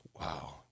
wow